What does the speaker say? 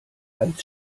als